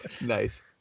Nice